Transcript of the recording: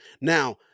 Now